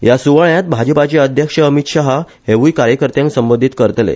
ह्या सुवाळ्यांत भाजपाचे अध्यक्ष अमित शहा हेवुय कार्यकर्त्याक संबोधित करतले